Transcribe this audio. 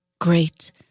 great